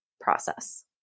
process